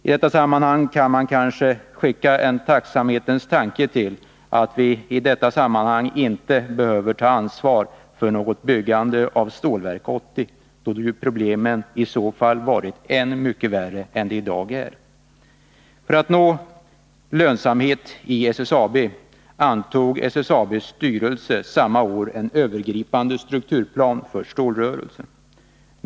I detta sammanhang kan man kanske ägna en tacksamhetens tanke åt att vi inte behöver ta ansvar för något byggande av Stålverk 80. Om så skett hade problemen varit ännu mycket större än vad de är i dag. För att nå lönsamhet i SSAB antog dess styrelse samma år som bolaget bildades en övergripande strukturplan för stålrörelsen.